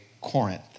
Corinth